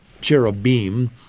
Cherubim